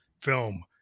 film